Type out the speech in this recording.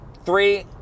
three